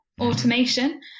automation